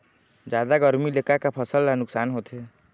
जादा गरमी ले का का फसल ला नुकसान होथे?